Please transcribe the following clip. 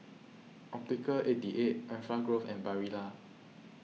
Optical eighty eight Enfagrow and Barilla